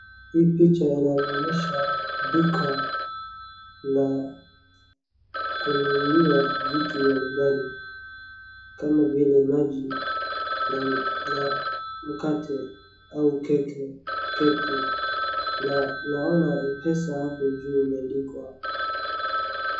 Hii picha inanionyesha duka ya kununuliwa vitu ya nyumbani kama vile maji na mkate au keki na naona Mpesa hapo juu imeandikwa.